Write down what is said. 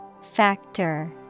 Factor